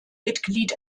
mitglied